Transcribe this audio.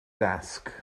dasg